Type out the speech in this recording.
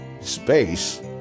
Space